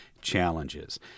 Challenges